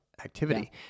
activity